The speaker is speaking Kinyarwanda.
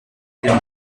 njya